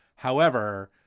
however,